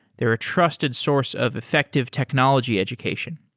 they're a trusted source of effective technology education.